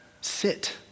sit